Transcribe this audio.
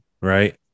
Right